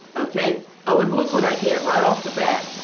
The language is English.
ok, oh, and look what i get right off the bat.